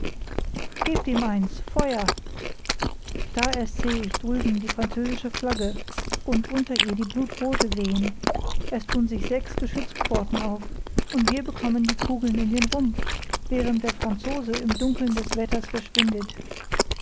gebt ihm eins feuer da erst sehe ich drüben die französische flagge und unter ihr die blutrothe wehen es thun sich sechs geschützpforten auf und wir bekommen die kugeln in den rumpf während der franzose im dunkel des wetters verschwindet